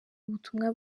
ubutumwa